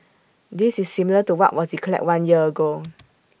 this is similar to what was declared one year ago